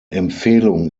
empfehlung